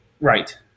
Right